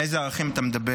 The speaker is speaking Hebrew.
על אילו ערכים אתה מדבר?